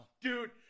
Dude